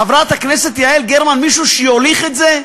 חברת הכנסת יעל גרמן, מישהו שיוליך את זה?